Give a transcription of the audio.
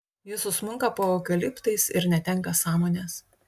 ji susmunka po eukaliptais ir netenka sąmonės